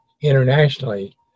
internationally